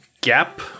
Gap